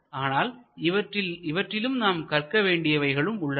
ஆனால் இவற்றிலும் நாம் கற்க வேண்டியவைகளும் உள்ளன